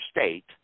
state